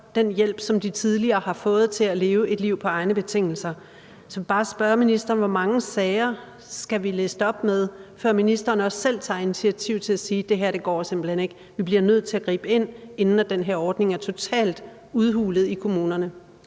den hjælp, som de tidligere har fået, til at leve et liv på egne betingelser. Så jeg vil bare spørge ministeren, hvor mange sager vi skal liste op, før ministeren selv tager initiativ til at sige: Det her går simpelt hen ikke; vi bliver nødt til at gribe ind, inden den her ordning er totalt udhulet i kommunerne.